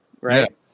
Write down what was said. right